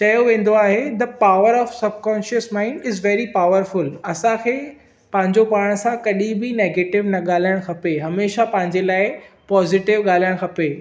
चयो वेंदो आहे the power of subconscious mind is very powerful असांखे पंहिंजो पाण सां कड॒हिं बि नेगेटिव न गा॒ल्हाइणु खपे हमेशह पंहिंजे लाइ पाज़िटिव गा॒ल्हाइणु खपे